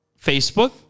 Facebook